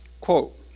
Quote